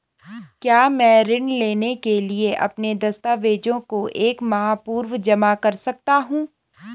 क्या मैं ऋण लेने के लिए अपने दस्तावेज़ों को एक माह पूर्व जमा कर सकता हूँ?